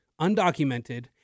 undocumented